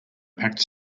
packed